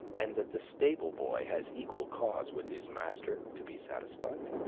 and that the stable-boy has equal cause with his master to be satisfied?